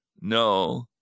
no